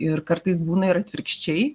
ir kartais būna ir atvirkščiai